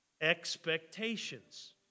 Expectations